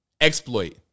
exploit